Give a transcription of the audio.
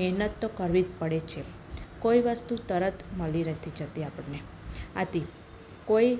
મહેનત તો કરવી જ પડે છે કોઈ વસ્તુ તરત મળી નથી જતી આપણને આથી કોઈ